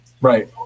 Right